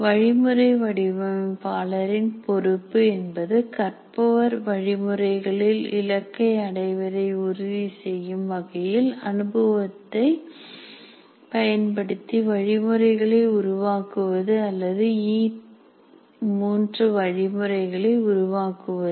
வழிமுறை வடிவமைப்பாளர் இன் பொறுப்பு என்பது கற்பவர் வழிமுறைகளில் இலக்கை அடைவதை உறுதி செய்யும் வகையில் அனுபவத்தை பயன்படுத்தி வழிமுறைகளை உருவாக்குவது அல்லது இ3 வழிமுறைகளை உருவாக்குவது